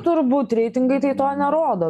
turbūt reitingai tai to nerodo